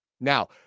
Now